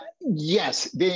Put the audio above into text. Yes